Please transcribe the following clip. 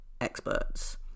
experts